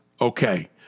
Okay